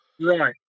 Right